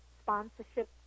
sponsorship